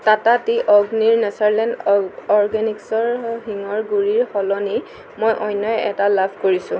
Tata tea অগ্নিৰ natural and অগ organics হিঙৰ গুড়িৰ সলনি মই অন্য এটা লাভ কৰিছোঁ